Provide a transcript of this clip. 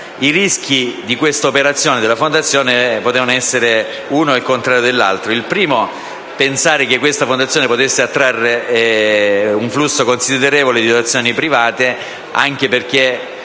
I rischi di questa operazione potevano essere uno il contrario dell'altro: il primo, pensare che la fondazione potesse attrarre un flusso considerevole di donazioni private, anche perché